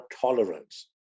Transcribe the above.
tolerance